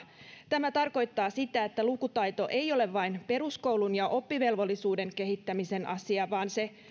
tämä tarkoittaa sitä että lukutaito ei ole vain peruskoulun ja oppivelvollisuuden kehittämisen asia vaan se